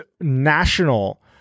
national